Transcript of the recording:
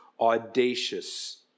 audacious